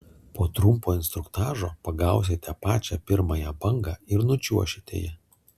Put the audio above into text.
po trumpo instruktažo pagausite pačią pirmąją bangą ir nučiuošite ja